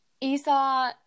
Esau